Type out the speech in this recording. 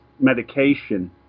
medication